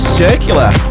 circular